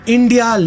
India